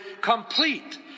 complete